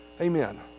Amen